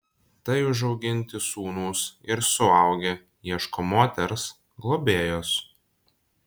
tai užauginti sūnūs ir suaugę ieško moters globėjos